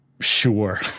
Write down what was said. Sure